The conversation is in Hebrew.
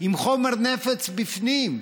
עם חומר נפץ בפנים.